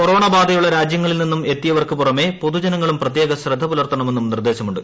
corona ബാധയുള്ള രാജ്യങ്ങളിൽ നിന്നും എത്തിയവർക്ക് പുറമേ പൊതുജനങ്ങളും പ്രത്യേക ശ്രദ്ധ പുലർത്തണമെന്നും നിർദ്ദേശമുണ്ട്